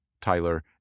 Tyler